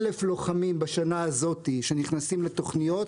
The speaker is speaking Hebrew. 1,000 לוחמים בשנה הזאת שנכנסים לתכניות,